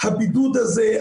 הבידוד הזה,